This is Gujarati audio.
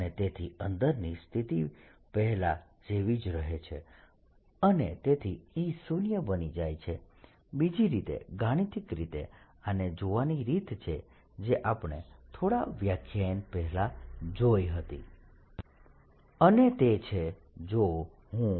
અને તેથી અંદરની સ્થિતિ પહેલા જેવી જ રહે છે અને તેથી E શુન્ય બની જાય છે બીજી રીતે ગાણિતિક રીતે આને જોવાની રીત છે જે આપણે થોડા વ્યાખ્યાન પહેલા જોઈ હતી અને તે છે જો હું